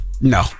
No